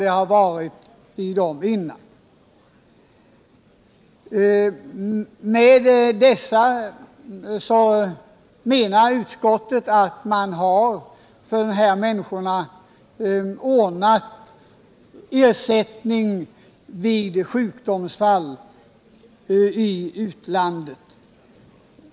Utskottet menar att ersättningsfrågan med dessa åtgärder är ordnad för de medborgare som råkar ut för sjukdomsfall i utlandet.